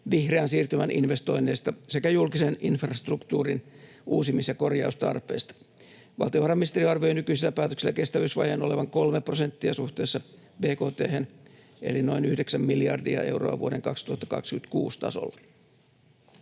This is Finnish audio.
vihreän siirtymän investoinneista sekä julkisen infrastruktuurin uusimis- ja korjaustarpeesta. Valtiovarainministeri arvioi nykyisellä päätöksellä kestävyysvajeen olevan 3 prosenttia suhteessa bkt:hen eli noin 9 miljardia euroa vuoden 2026 tasolla.